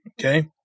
Okay